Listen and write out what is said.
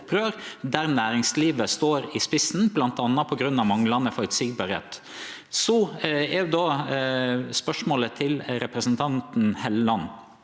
der næringslivet står i spissen, bl.a. på grunn av manglande føreseielegheit. Då er spørsmålet til representanten Helleland: